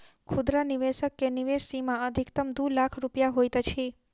खुदरा निवेशक के निवेश सीमा अधिकतम दू लाख रुपया होइत अछि